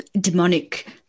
demonic